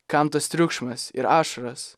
kam tas triukšmas ir ašaros